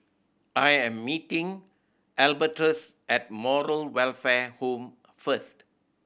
I am meeting Albertus at Moral Welfare Home first